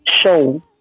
show